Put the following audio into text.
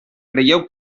creieu